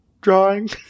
drawing